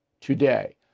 today